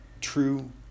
true